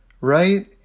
right